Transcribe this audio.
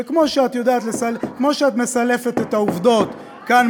וכמו שאת מסלפת את העובדות כאן,